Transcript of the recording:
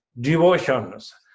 devotions